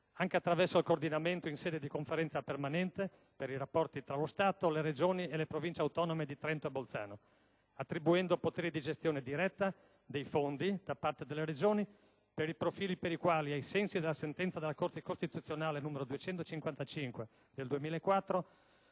anche attraverso il coordinamento in sede di Conferenza permanente per i rapporti tra lo Stato, le Regioni e le Province autonome di Trento e Bolzano, attribuendo poteri di gestione diretta dei fondi da parte delle Regioni per i profili per i quali, ai sensi della sentenza della Corte costituzionale n. 255 del 2004,